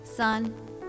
son